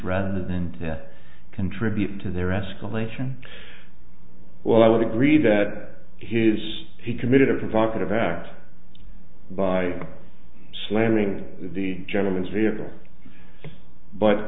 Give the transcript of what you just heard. rather than to contribute to their escalation well i would agree that his he committed a provocative act by slamming the gentlemen's vehicle